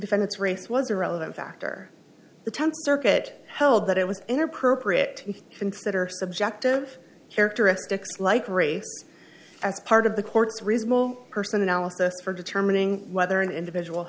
defendant's race was a relevant factor the tenth circuit held that it was inappropriate to consider subjective characteristics like race as part of the court's reasonable person analysis for determining whether an individual